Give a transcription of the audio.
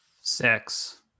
Six